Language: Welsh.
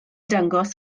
dangos